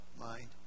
mind